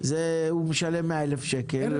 הוא משלם 100,000 שקל.